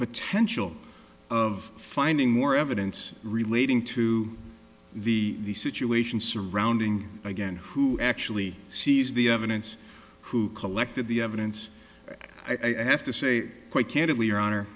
potential of finding more evidence relating to the situation surrounding again who actually sees the evidence who collected the evidence i have to say quite candidly your honor